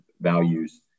values